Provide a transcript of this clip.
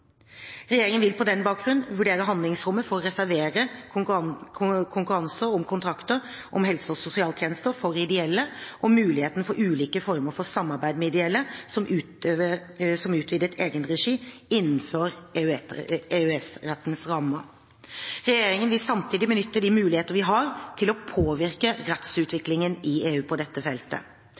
Regjeringen vil på den bakgrunn vurdere handlingsrommet for å reservere konkurranser om kontrakter om helse- og sosialtjenester for ideelle, og muligheten for ulike former for samarbeid med ideelle, som utvidet egenregi, innenfor EØS-rettens rammer. Regjeringen vil samtidig benytte de mulighetene vi har til å påvirke rettsutviklingen i EU på dette feltet.